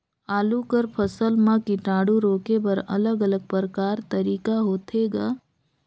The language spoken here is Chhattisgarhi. आलू कर फसल म कीटाणु रोके बर अलग अलग प्रकार तरीका होथे ग?